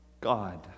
God